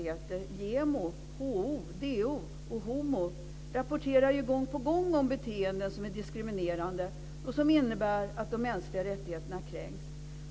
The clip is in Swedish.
HO, DO och HomO, rapporterar ju gång på gång om beteenden som är diskriminerande och som innebär att de mänskliga rättigheterna kränks.